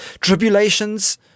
tribulations